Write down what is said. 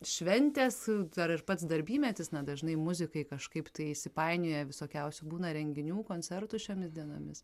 šventės dar ir pats darbymetis na dažnai muzikai kažkaip tai įsipainioja visokiausių būna renginių koncertų šiomis dienomis